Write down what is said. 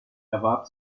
erwarb